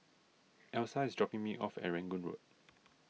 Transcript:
Elsa is dropping me off at Rangoon Road